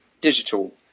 digital